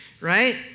right